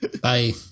Bye